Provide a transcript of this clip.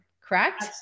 correct